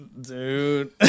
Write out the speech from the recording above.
Dude